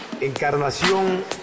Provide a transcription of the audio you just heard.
Encarnación